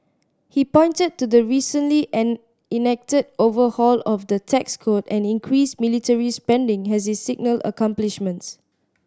he pointed to the recently and enacted overhaul of the tax code and increased military spending as his signal accomplishments